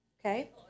Okay